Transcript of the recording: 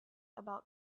about